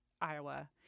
Iowa